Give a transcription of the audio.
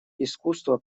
искусство